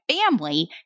family